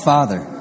Father